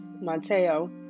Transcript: Mateo